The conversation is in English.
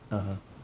(uh huh)